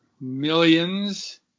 millions